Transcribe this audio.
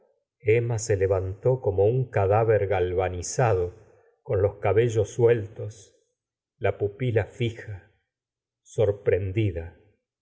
emma se levantó como un cadáver galvanizado con los cabellos sueltos la pupila fija sorprendida